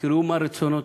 תראו מה רצונותיו,